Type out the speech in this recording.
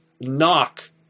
Knock